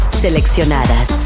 seleccionadas